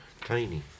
Tiny